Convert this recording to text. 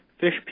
fish